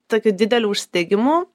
tokiu dideliu užsidegimu